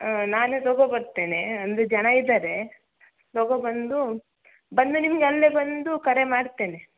ನಾನೆ ತಗೊಂಬರ್ತೇನೆ ಒಂದು ಜನ ಇದ್ದಾರೆ ತಗೊಂಬಂದು ಬಂದ್ಮೇಲೆ ನಿಮ್ಗೆ ಅಲ್ಲೆ ಬಂದು ಕರೆ ಮಾಡ್ತೇನೆ